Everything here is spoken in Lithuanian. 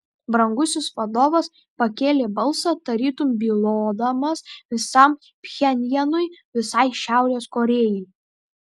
brangusis vadovas pakėlė balsą tarytum bylodamas visam pchenjanui visai šiaurės korėjai